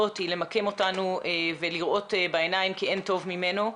החשיבות להעלות את הנתונים ולקיים את הדיון הזה בוועדה,